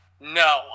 no